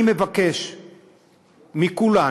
אני מבקש מכולנו,